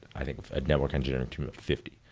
i think network engineering of fifty.